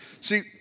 See